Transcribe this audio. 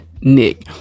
Nick